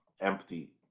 empty